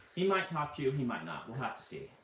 he might talk to you. he might not. we'll have to see.